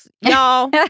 Y'all